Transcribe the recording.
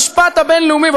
המשפט הבין-לאומי,